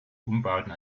umbauten